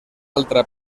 altra